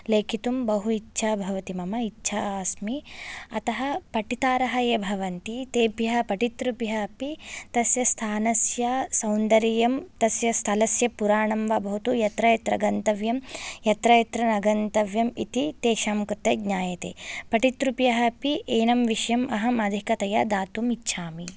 लेखितुं बहु इच्छा भवति मम इच्छा अस्मि अतः पठितारः ये भवन्ति तेभ्य पठितृभ्य अपि तस्य स्थानस्य सौन्दर्यं तस्य स्थलस्य पुराणं वा भवतु यत्र यत्र गन्तव्यं यत्र यत्र न गन्तव्यम् इति तेषां कृते ज्ञायते पठितृभ्यः अपि एनं विषयम् अहम् अधिकतया दातुम् इच्छामि